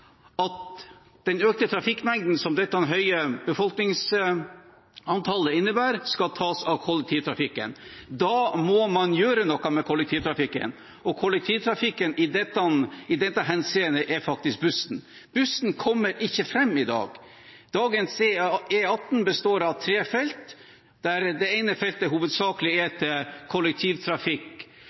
at den økte trafikkmengden som dette høye befolkningsantallet innebærer, skal tas av kollektivtrafikken. Da må man gjøre noe med kollektivtrafikken – som i dette henseendet faktisk er bussen. Den kommer ikke fram i dag. Dagens E18 består av tre felt, der det ene feltet hovedsakelig er til kollektivtrafikk,